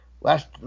Last